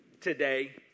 Today